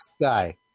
guy